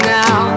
now